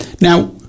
now